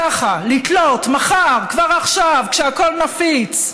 ככה, לתלות, מחר, כבר עכשיו, כשהכול נפיץ.